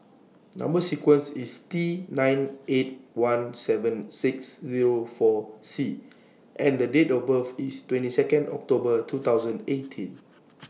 Number sequence IS T nine eight one seven six Zero four C and The Date of birth IS twenty Second October two thousand eighteen